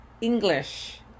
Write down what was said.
English